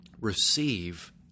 receive